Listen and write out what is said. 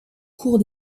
cours